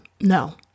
no